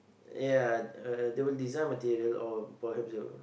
ya they will design material or or perhaps they would